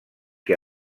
que